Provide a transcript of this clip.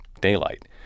daylight